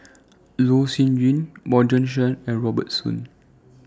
Loh Sin Yun Bjorn Shen and Robert Soon